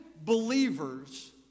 believers